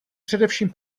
především